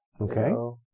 Okay